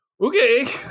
okay